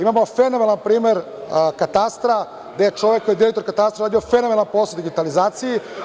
Imamo fenomenalan primer katastra, gde je čovek koji je direktor katastra uradio fenomenalan posao, digitalizaciju.